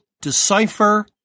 decipher